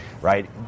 right